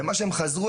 ואת מה שהם חזרו,